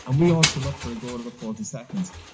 and we also look for a goal of forty seconds.